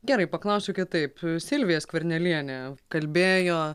gerai paklausiu kitaip silvija skvernelienė kalbėjo